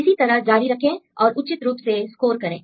इसी तरह जारी रखें और उचित रूप से स्कोर करें